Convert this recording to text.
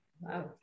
Wow